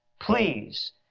please